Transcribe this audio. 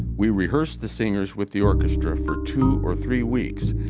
we rehearsed the singers with the orchestra for two or three weeks,